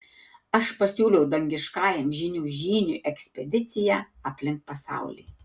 aš pasiūliau dangiškajam žynių žyniui ekspediciją aplink pasaulį